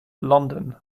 london